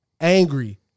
angry